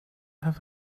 have